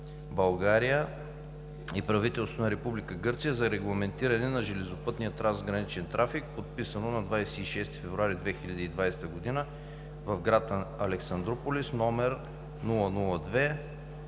България и правителството на Република Гърция за регламентиране на железопътния трансграничен трафик, подписано на 26 февруари 2020 г. в град Александруполис, №